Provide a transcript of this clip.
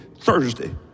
Thursday